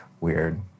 weird